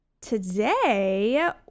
today